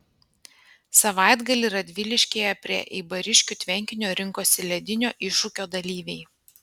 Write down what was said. savaitgalį radviliškyje prie eibariškių tvenkinio rinkosi ledinio iššūkio dalyviai